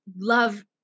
love